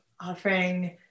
offering